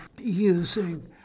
using